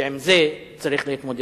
ועם זה צריך להתמודד.